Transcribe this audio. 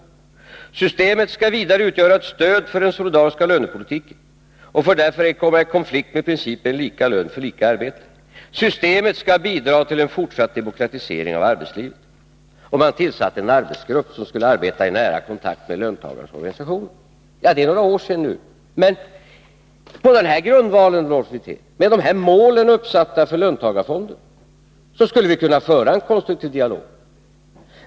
Och man konstaterar att systemet skall utgöra ett stöd för den solidariska lönepolitiken och att det därför inte får komma i konflikt med principen lika lön för lika arbete. Systemet skall bidra till en fortsatt demokratisering av arbetslivet. Och man tillsatte en arbetsgrupp som skulle arbete i nära kontakt med löntagarnas organisationer. Ja, det är några år sedan nu. På denna grundval och med dessa mål uppsatta för löntagarfonderna skulle vi kunna föra en konstruktiv dialog.